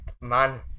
man